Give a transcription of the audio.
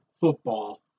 football